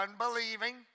unbelieving